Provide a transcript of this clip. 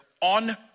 on